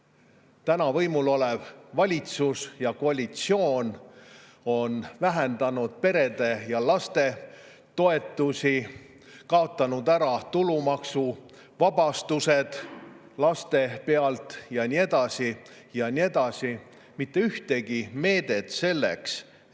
täna võimul olev valitsus ja koalitsioon on vähendanud perede ja laste toetusi, kaotanud ära tulumaksuvabastused laste pealt ja nii edasi ja nii edasi. Mitte ühtegi meedet selleks, et